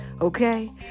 Okay